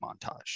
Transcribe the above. montage